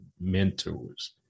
mentors